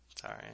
Sorry